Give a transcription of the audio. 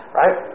right